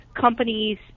companies